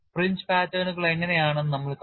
fringe പാറ്റേണുകൾ എങ്ങനെ ആണെന്ന് നമ്മൾ കാണും